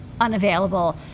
unavailable